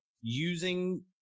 using